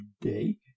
day